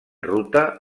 ruta